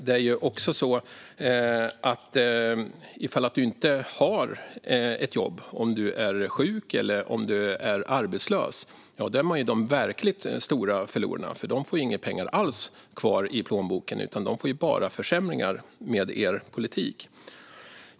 Det är också så att de som inte har ett jobb - de som är sjuka eller arbetslösa - är de verkligt stora förlorarna. De får nämligen inga pengar alls kvar i plånboken med er politik, utan de får bara försämringar.